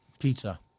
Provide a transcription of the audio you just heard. pizza